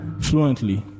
fluently